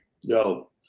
Yo